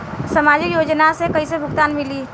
सामाजिक योजना से कइसे भुगतान मिली?